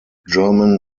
german